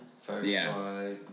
firefly